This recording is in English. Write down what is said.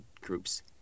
group's